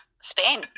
Spain